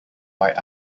white